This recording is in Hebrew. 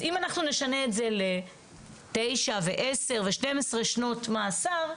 אז אם אנחנו נשנה את זה ל-9 ו-10 ו-12 שנות מאסר,